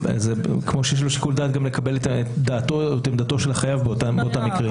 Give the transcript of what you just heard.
כמו שיש לו שיקול דעת לקבל את עמדתו או דעתו של החייב באותם מקרים.